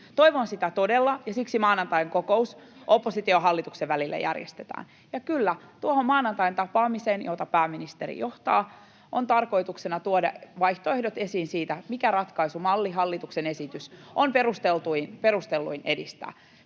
Toivon sitä todella, ja siksi maanantain kokous opposition ja hallituksen välillä järjestetään. Ja kyllä, tuohon maanantain tapaamiseen, jota pääministeri johtaa, on tarkoituksena tuoda vaihtoehdot esiin siitä, mitä ratkaisumallia, hallituksen esitystä, on perustelluinta edistää.